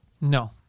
No